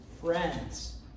friends